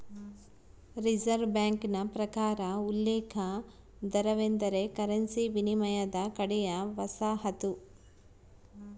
reserve ಬ್ಯಾಂಕಿನ ಪ್ರಕಾರ ಉಲ್ಲೇಖ ದರವೆಂದರೆ ಕರೆನ್ಸಿ ವಿನಿಮಯದ ಕಡೆಯ ವಸಾಹತು